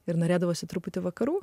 ir norėdavosi truputį vakarų